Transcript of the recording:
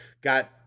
got